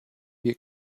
wir